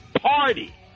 party